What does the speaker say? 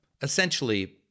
essentially